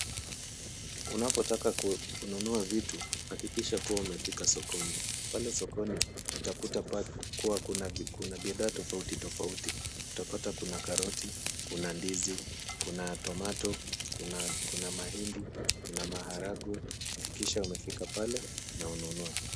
Unapotaka kununua vitu, hakikisha kuwa umefika sokoni. Pale sokoni, utakuta kuwa kuna bidhaa tofauti tofauti. Utapata kuna karoti, kuna ndizi, kuna tomato , kuna mahindi, kuna maharagwe. Hakikisha umefika pale na ununue.